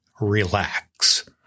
Relax